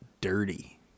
dirty